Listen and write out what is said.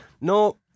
No